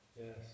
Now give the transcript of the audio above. Yes